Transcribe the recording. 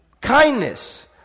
Kindness